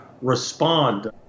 respond